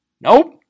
Nope